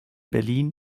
berlin